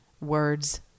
Words